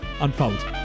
unfold